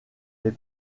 fait